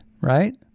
right